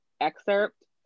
excerpt